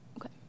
Okay